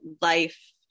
life